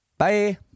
Bye